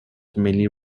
mainly